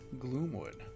Gloomwood